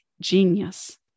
genius